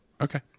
Okay